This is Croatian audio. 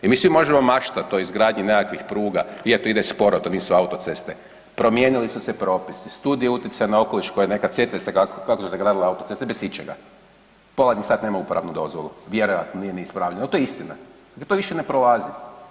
I mi svi možemo maštati o izgradnji nekakvih pruga, je to ide sporo, to nisu autoceste, promijenili su se propisi, studije utjecaja na okoliš koje je nekad, sjetite se kako su se gradile autoceste bez ičega, pola njih sad nema uporabnu dozvolu, vjerojatno nije ni ispravljeno, to je istina, jer to više ne prolazi.